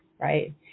right